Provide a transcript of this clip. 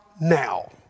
now